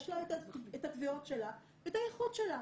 יש לה את התביעות שלה ואת האיכות שלה.